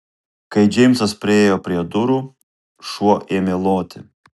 kai džeimsas priėjo prie durų šuo ėmė loti